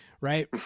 Right